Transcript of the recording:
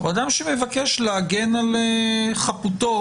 ומבקש להגן על חפותו